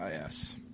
yes